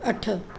अठ